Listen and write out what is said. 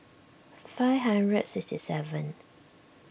five hundred sixty seven